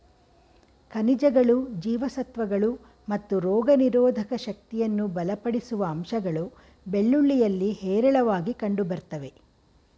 ಖನಿಜಗಳು ಜೀವಸತ್ವಗಳು ಮತ್ತು ರೋಗನಿರೋಧಕ ಶಕ್ತಿಯನ್ನು ಬಲಪಡಿಸುವ ಅಂಶಗಳು ಬೆಳ್ಳುಳ್ಳಿಯಲ್ಲಿ ಹೇರಳವಾಗಿ ಕಂಡುಬರ್ತವೆ